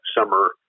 summer